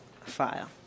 file